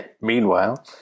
meanwhile